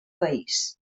país